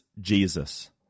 Jesus